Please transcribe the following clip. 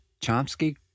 Chomsky